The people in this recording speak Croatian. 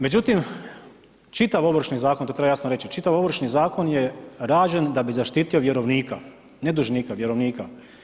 Međutim, čitav Ovršni zakon, to treba jasno reći, čitav Ovršni zakon je rađen da bi zaštitio vjerovnika, ne dužnika, vjerovnika.